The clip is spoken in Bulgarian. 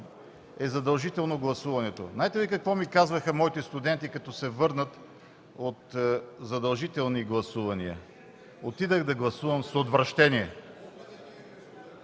е задължително гласуването. Знаете ли какво ми казваха моите студенти, като се върнат от задължителни гласувания? „Отидох да гласувам с отвращение.”